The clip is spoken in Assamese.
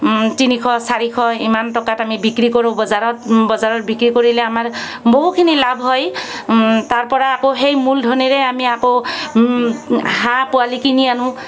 তিনিশ চাৰিশ ইমান টকাত আমি বিক্ৰী কৰোঁ বজাৰত বজাৰত বিক্ৰী কৰিলে আমাৰ বহুখিনি লাভ হয় তাৰপৰা আকৌ সেই মূলধনেৰে আমি আকৌ হাঁহ পোৱালি কিনি আনোঁ